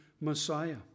Messiah